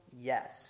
Yes